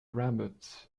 rabbits